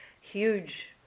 huge